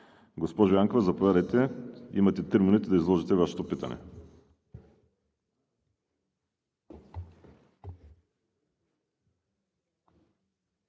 Госпожо Янкова, заповядайте – имате три минути да изложите Вашето питане.